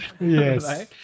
Yes